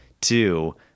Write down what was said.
Two